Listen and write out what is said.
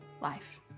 life